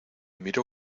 miró